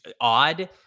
odd